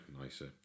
nicer